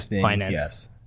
finance